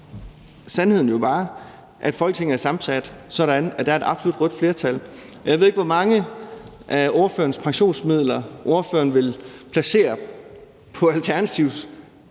sandheden jo bare, at Folketinget er sammensat sådan, at der er et absolut rødt flertal. Og jeg ved ikke, hvor mange af ordførerens pensionsmidler ordføreren vil placere på Alternativets